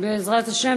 בעזרת השם.